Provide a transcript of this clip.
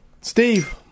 Steve